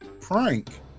prank